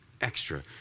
extra